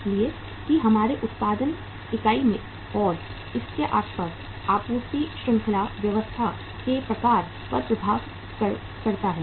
इसलिए कि हमारे उत्पादन इकाई में और उसके आसपास आपूर्ति श्रृंखला व्यवस्था के प्रकार पर निर्भर करता है